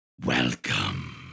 Welcome